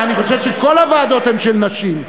אני חושב שכל הוועדות הן של נשים.